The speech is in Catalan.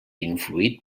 influït